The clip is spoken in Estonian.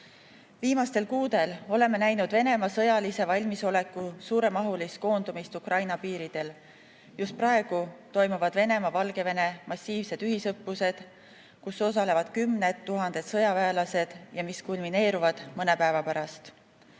tagasi. Viimastel kuudel oleme näinud Venemaa sõjalise valmisoleku suuremahulist koondumist Ukraina piiridel. Just praegu toimuvad Venemaa-Valgevene massiivsed ühisõppused, kus osalevad kümned tuhanded sõjaväelased ja mis kulmineeruvad mõne päeva pärast.